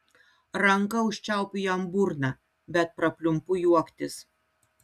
ranka užčiaupiu jam burną bet prapliumpu juoktis